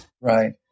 Right